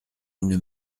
une